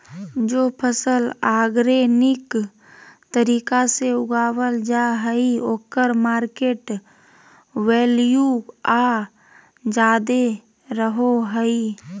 जे फसल ऑर्गेनिक तरीका से उगावल जा हइ ओकर मार्केट वैल्यूआ ज्यादा रहो हइ